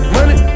Money